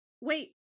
wait